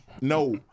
No